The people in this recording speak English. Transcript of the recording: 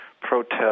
protest